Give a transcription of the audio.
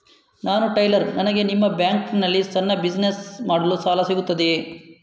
ನಾನು ಟೈಲರ್, ನನಗೆ ನಿಮ್ಮ ಬ್ಯಾಂಕ್ ನಲ್ಲಿ ಸಣ್ಣ ಬಿಸಿನೆಸ್ ಮಾಡಲು ಸಾಲ ಸಿಗುತ್ತದೆಯೇ?